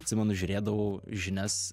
atsimenu žiūrėdavau žinias